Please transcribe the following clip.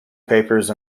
papers